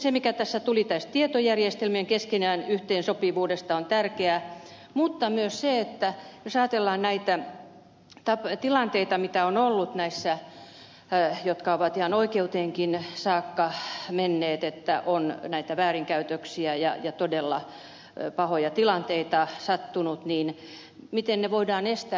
se mikä tuli esiin tästä tietojärjestelmien keskenään yhteensopivuudesta on tärkeää mutta myös se jos ajatellaan näitä tilanteita mitä on ollut näissä ja jotka ovat ihan oikeuteenkin saakka menneet että on näitä väärinkäytöksiä ja todella pahoja tilanteita sattunut miten ne voidaan estää